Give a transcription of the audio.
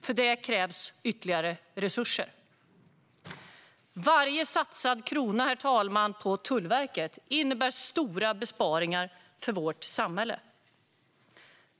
För detta krävs ytterligare resurser. Herr talman! Varje satsad krona på Tullverket innebär stora besparingar för vårt samhälle.